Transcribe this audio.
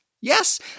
Yes